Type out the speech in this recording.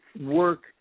work